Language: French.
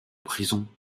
prison